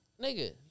nigga